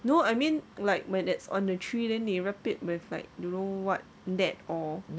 no I mean like when it's on the tree then they wrap it with like don't know what that or